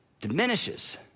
diminishes